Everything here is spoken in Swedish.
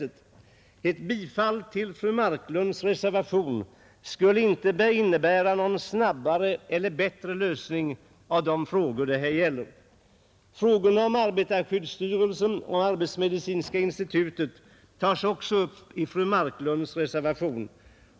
Ett Arbetsmiljön bifall till fru Marklunds reservation skulle inte innebära någon snabbare eller bättre lösning av de frågor som det här gäller. Frågorna om arbetarskyddsstyrelsen och arbetsmedicinska institutet tas också upp i fru Marklunds reservation.